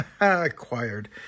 acquired